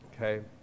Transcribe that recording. Okay